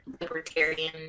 libertarian